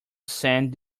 send